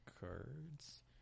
cards